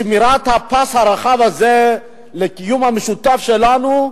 שמירת הפס הרחב הזה לקיום המשותף שלנו,